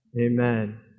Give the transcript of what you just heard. Amen